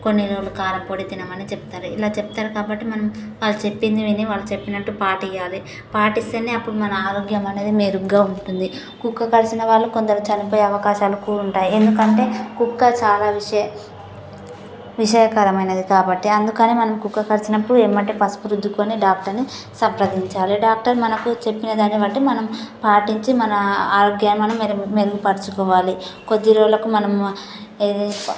కొన్ని రోజుల కారం పొడి తినమని చెప్తారు ఇలా చెప్తారు కాబట్టి మనం వాళ్ళు చెప్పింది విని వాళ్ళు చెప్పినట్టు పాటించాలి పాటిస్తేనే అప్పుడు మన ఆరోగ్యం అనేది మెరుగ్గా ఉంటుంది కుక్క కరిచిన వాళ్ళు కొందరు చనిపోయే అవకాశాలు కూడా ఉంటాయి ఎందుకంటే కుక్క చాలా విష విషకరమైనది కాబట్టి అందుకని మనం కుక్క కరిచినపుడు ఏమంటే పసుపు రుద్దుకొని డాక్టర్ని సంప్రదించాలి డాక్టర్ మనకు చెప్పిన దాన్ని బట్టి మనం పాటించి మన ఆరోగ్యాన్ని మనం మెరు మెరుగుపరచుకోవాలి కొద్ది రోజులకు మనము ఏదైపా